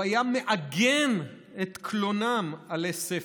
הוא היה מעגן את קלונם עלי ספר.